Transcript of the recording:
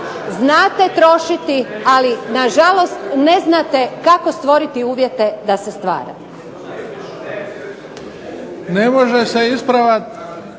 Znate trošiti, ali nažalost ne znate kako stvoriti uvjete da se stvara.